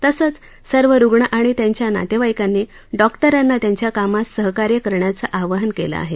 तसंच सर्व रुग्ण आणि त्यांच्या नातेवाईकानी डॉक्टारांना त्यांच्या कामात सहकार्य करण्याचं आवाहन केलं आहे